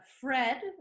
Fred